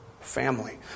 family